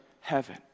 heaven